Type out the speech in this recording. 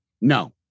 No